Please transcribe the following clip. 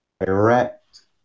direct